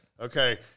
Okay